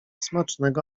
smacznego